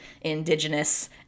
indigenous